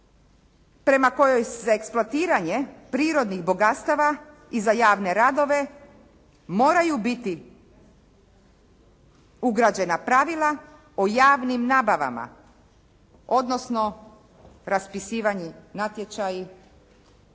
prema kojoj se eksploatiranje prirodnih bogatstava i za javne radove moraju biti ugrađena pravila o javnim nabavama, odnosno raspisivani natječaji,